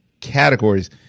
categories